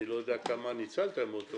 אני לא יודע כמה ניצלתם מזה.